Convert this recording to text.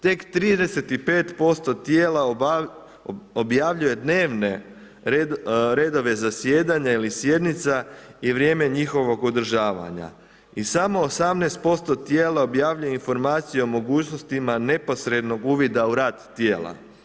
Tek 35% tijela objavljuje dnevne redove zasjedanja ili sjednica i vrijeme njihovog održavanja i samo 18% tijela objavljuje informaciju o mogućnostima neposrednog uvida u rad tijela.